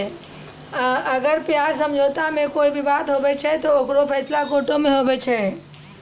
अगर ब्याज समझौता मे कोई बिबाद होय छै ते ओकरो फैसला कोटो मे हुवै छै